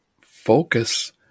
focus